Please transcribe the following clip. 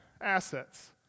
assets